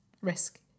risk